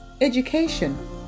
education